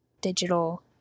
digital